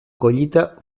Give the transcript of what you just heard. collita